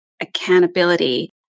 accountability